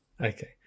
Okay